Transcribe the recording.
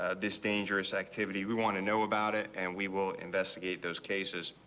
ah this dangerous activity we want to know about it and we will investigate those cases.